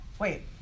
Wait